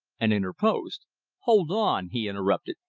and interposed. hold on, he interrupted,